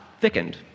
thickened